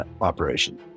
operation